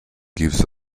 gives